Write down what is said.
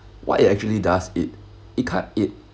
what it actually does it it can't it